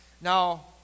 Now